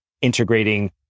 integrating